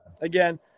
again